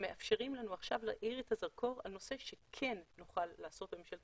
שמאפשרים לנו עכשיו להאיר את הזרקור על נושא שכן נוכל לעשות בממשלת